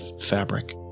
fabric